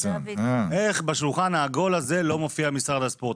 איך בשולחן העגול הזה לא מופיע משרד הספורט,